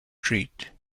treat